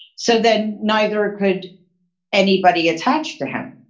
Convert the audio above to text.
so then neither could anybody attached to him,